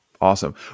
Awesome